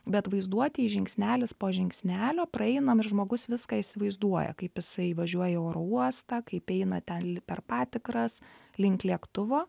bet vaizduotėj žingsnelis po žingsnelio praeinam ir žmogus viską įsivaizduoja kaip jisai įvažiuoja į oro uostą kaip eina ten per patikras link lėktuvo